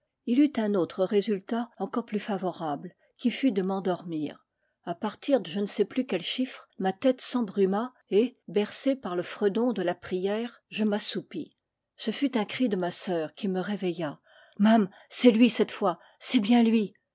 eut un autre résultat encore plus favorable qui fut de m'endormir a partir de je ne sais plus quel chiffre ma tête s'embruma et bercé par le fredon de la prière je m'assoupis ce fut un cri de ma sœur qui me réveilla loi contes du soleil et de la bri'me mamm c'est lui cette fois c'est bien lui